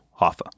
Hoffa